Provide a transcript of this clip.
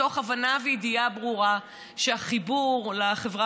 מתוך הבנה וידיעה ברורה שהחיבור לחברה